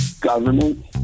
government